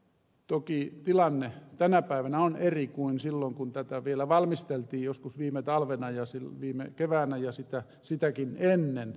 toki tilanne tänä päivänä on eri kuin silloin kun tätä vielä joskus viime talvena ja viime keväänä ja sitäkin ennen valmisteltiin